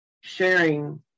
sharing